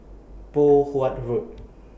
Poh Huat Road